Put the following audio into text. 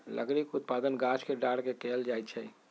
लकड़ी के उत्पादन गाछ के डार के कएल जाइ छइ